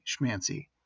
schmancy